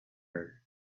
her